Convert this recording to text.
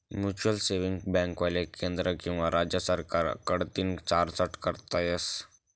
mutual saving बॅकले केंद्र किंवा राज्य सरकार कडतीन चार्टट करता येस